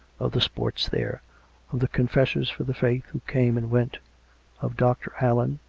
of the sports there of the confessors for the faith who came and went of dr. allen.